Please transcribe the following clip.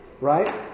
right